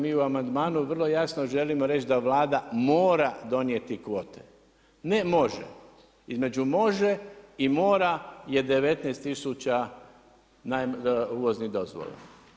Mi u amandmanu vrlo jasno želimo reći da Vlada mora donijeti kvote, ne može, između može i mora je 19 tisuća uvoznih dozvola.